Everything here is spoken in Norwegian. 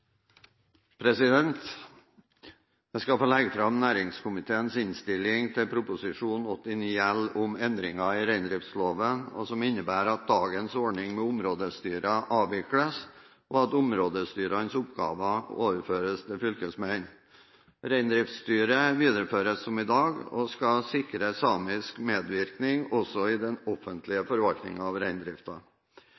vedtatt. Jeg skal få legge fram næringskomiteens innstilling til Prop. 89 L for 2012–2013 om endringer i reindriftsloven, som innebærer at dagens ordning med områdestyrer avvikles, og at områdestyrenes oppgaver overføres til fylkesmennene. Reindriftsstyret videreføres som i dag, og skal sikre samisk medvirkning også i den offentlige